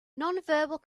nonverbal